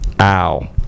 Ow